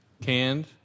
canned